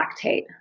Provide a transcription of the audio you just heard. lactate